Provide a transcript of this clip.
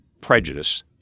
prejudice